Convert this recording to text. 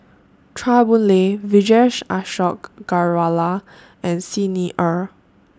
Chua Boon Lay Vijesh Ashok Ghariwala and Xi Ni Er